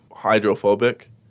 hydrophobic